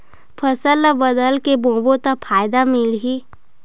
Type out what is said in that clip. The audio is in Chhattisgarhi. फसल ल बदल के बोबो त फ़ायदा मिलही?